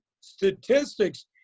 statistics